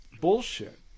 bullshit